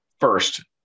First